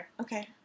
Okay